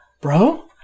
bro